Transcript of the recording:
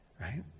Right